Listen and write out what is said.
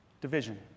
division